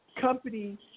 company